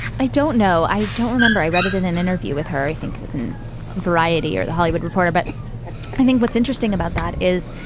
i don't know. i don't remember. i read it in an interview with her. i think it was in variety or the hollywood reporter. but i think what's interesting about that is